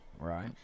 Right